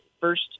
first